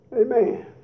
Amen